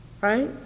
right